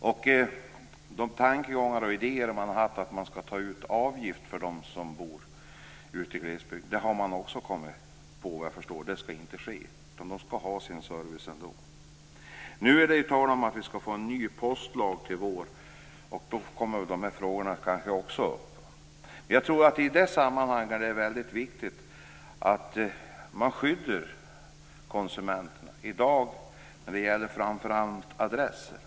Beträffande de tankegångar och idéer man har haft om att man skall ta ut avgift för dem som bor i glesbygden har man också vad jag förstår kommit på att det inte skall ske. De skall ha sin service ändå. Nu är det tal om att vi skall få en ny postlag till våren. Då kommer väl de här frågorna kanske också upp. Men jag tror att det i det sammanhanget är väldigt viktigt att man skyddar konsumenterna. Det gäller framför allt adresser.